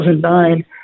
2009